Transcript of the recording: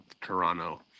Toronto